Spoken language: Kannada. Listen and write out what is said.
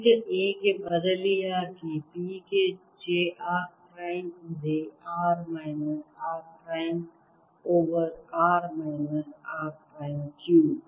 ಈಗ A ಗೆ ಬದಲಿಯಾಗಿ B ಗೆ j r ಪ್ರೈಮ್ ಇದೆ r minus r prime over r minus r prime cube